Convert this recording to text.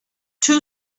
two